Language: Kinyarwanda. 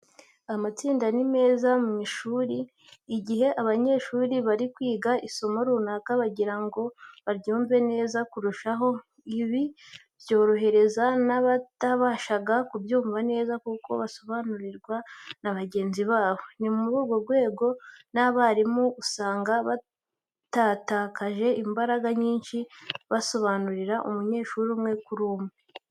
Amatsinda ni meza mu mashuri, igihe abanyeshuri bari kwiga isomo runaka bagira ngo baryumve neza kurushaho. Ibi byorohereza n'abatabashaga kubyumva neza kuko basobanurirwa na bagenzi babo. Ni muri urwo rwego n'abarimu usanga batatakaje imbaraga nyinshi basobanurira umunyeshuri umwe kuri umwe.